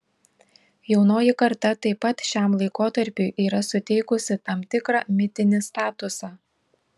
jaunoji karta taip pat šiam laikotarpiui yra suteikusi tam tikrą mitinį statusą